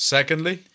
Secondly